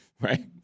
right